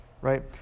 right